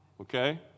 okay